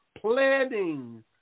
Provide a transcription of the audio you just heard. planning